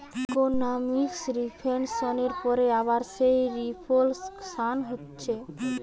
economic রিসেসনের পরে আবার যেই রিফ্লেকশান হতিছে